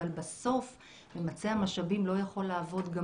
אבל בסוף ממצה המשאבים לא יכול לעבוד גם